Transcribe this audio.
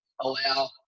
allow